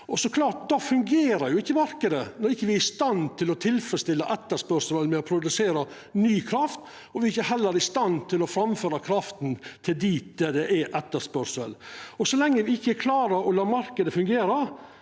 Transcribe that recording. då fungerer ikkje marknaden, når me ikkje er i stand til å tilfredsstille etterspurnaden ved å produsera ny kraft, og me heller ikkje er i stand til å føra krafta fram dit det er etterspørsel. Så lenge me ikkje klarer å la marknaden fungere